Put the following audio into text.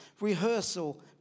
rehearsal